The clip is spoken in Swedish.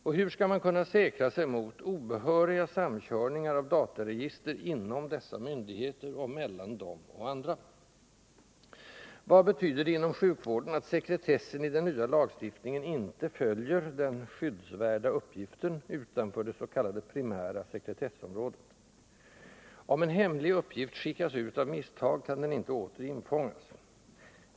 Och hur skall man kunna säkra sig mot obehöriga samkörningar av dataregister inom dessa myndigheter och mellan dem och andra? Vad betyder det inom sjukvården att sekretessen i den nya lagstiftningen inte följer den skyddsvärda uppgiften utanför det s.k. primära sekretessområdet? Om en hemlig uppgift skickas ut av misstag kan den inte åter infångas.